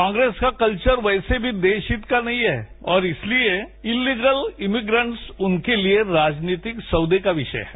कांग्रेस का कल्चर वैसे भी देश हित का नहीं है और इसलिए इलीगल इमिग्रेंस उनके लिए राजनीतिक सौदे का विषय है